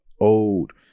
old